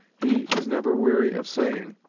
he is never weary of saying,